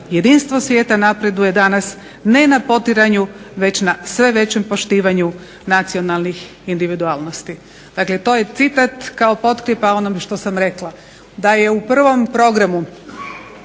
Jedinstvo svijeta napreduje danas ne na potiranju već na sve većem poštivanju nacionalnih individualnosti." Dakle, to je citat kao potkrijepa onome što sam rekla da je u prvom programu